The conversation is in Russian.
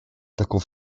таков